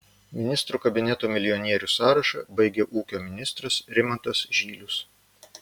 ministrų kabineto milijonierių sąrašą baigia ūkio ministras rimantas žylius